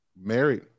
Married